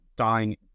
Dying